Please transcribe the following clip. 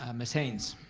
um miss haynes?